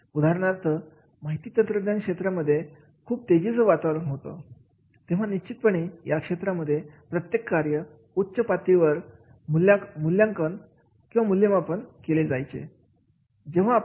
उदाहरणार्थ माहिती तंत्रज्ञान क्षेत्रामध्ये खूप तेजीचे वातावरण होतं तेव्हा निश्चितपणे या क्षेत्रामध्ये प्रत्येक कार्य उच्च पातळीवर ती मूल्यमापन केले जायचे